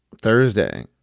Thursday